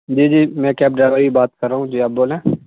جی جی میں cab driver ہی بات کر رہا ہوں جی آپ بولیں